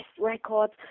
records